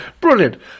Brilliant